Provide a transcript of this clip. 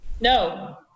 No